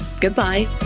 Goodbye